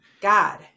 God